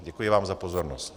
Děkuji vám za pozornost.